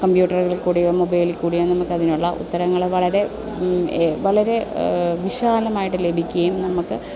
കമ്പ്യൂട്ടറിൽ കൂടിയോ മൊബൈലിൽ കൂടിയോ നമുക്ക് അതിനുള്ള ഉത്തരങ്ങൾ വളരെ വളരെ വിശാലമായിട്ട് ലഭിക്കുകയും നമുക്ക്